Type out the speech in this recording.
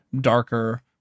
darker